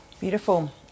beautiful